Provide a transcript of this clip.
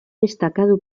destacado